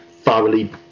thoroughly